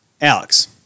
Alex